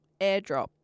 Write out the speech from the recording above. airdrop